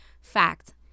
fact